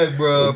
bro